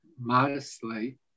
modestly